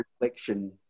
reflection